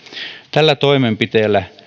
tällä toimenpiteellä